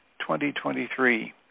2023